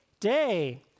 Day